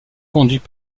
conduits